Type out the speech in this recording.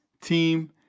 team